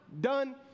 done